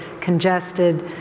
congested